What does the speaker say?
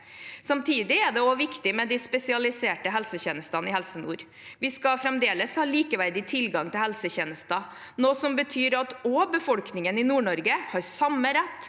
Samtidig er det også viktig med de spesialiserte helsetjenestene i Helse nord. Vi skal fremdeles ha likeverdig tilgang til helsetjenester, noe som betyr at befolkningen i Nord-Norge har samme rett